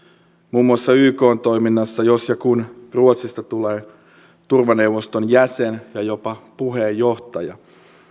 muun muassa ykn toiminnassa jos ja kun ruotsista tulee turvaneuvoston jäsen ja jopa puheenjohtaja